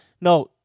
No